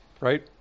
Right